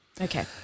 Okay